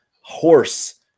horse